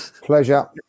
Pleasure